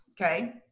Okay